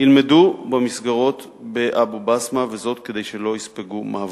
ילמדו במסגרות באבו-בסמה, כדי שלא יספגו מעברים.